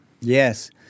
Yes